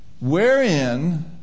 Wherein